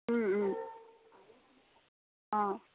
অঁ